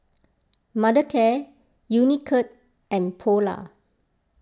Mothercare Unicurd and Polar